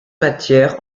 matières